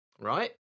right